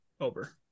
Over